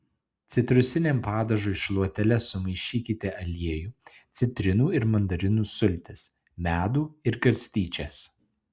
citrusiniam padažui šluotele sumaišykite aliejų citrinų ir mandarinų sultis medų ir garstyčias